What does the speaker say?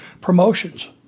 promotions